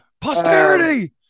posterity